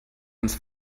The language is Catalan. ens